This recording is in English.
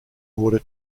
order